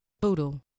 boodle